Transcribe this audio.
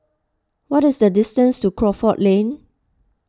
what is the distance to Crawford Lane